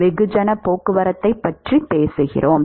வெகுஜனப் போக்குவரத்தைப் பற்றிப் பேசுகிறோம்